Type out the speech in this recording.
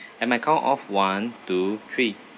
at my count of one two three